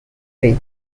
tree